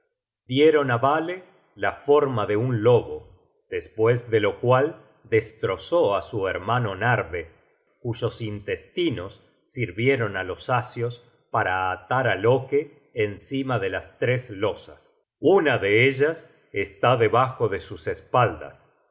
dieron ávale la forma de un lobo despues de lo cual destrozó á su hermano narve cuyos intestinos sirvieron á los asios para atar á loke encima de las tres losas una de ellas está debajo de sus espaldas